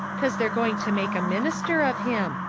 cause they're going to make a minister of him.